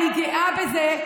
אני גאה בזה,